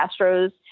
Astros